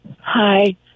Hi